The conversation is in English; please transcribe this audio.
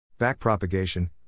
Backpropagation